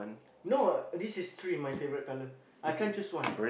no this is three my favourite colours I can't choose one